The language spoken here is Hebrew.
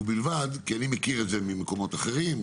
כי אני מכיר את זה ממקומות אחרים.